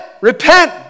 repent